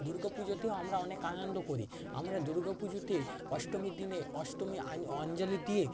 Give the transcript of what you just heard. দুর্গাপুজোতেও আমরা অনেক আনন্দ করি আমরা দুর্গাপুজোতে অষ্টমীর দিনে অষ্টমী আন অঞ্জলি দিয়ে